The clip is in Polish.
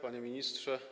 Panie Ministrze!